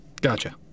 Gotcha